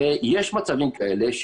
ויש מצבים כאלה,